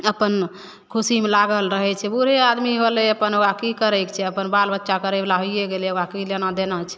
अपन खुशीमे लागल रहै छै बूढ़े आदमी होलै अपन वा कि करै छै अपन बाल बच्चा करैवला होइए गेलै ओकरा कि लेना देना छै